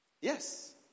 Yes